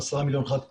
10 מיליון חד פעמי,